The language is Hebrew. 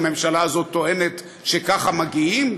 הממשלה הזאת טוענת שככה מגיעים,